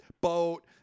boat